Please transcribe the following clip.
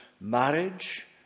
Marriage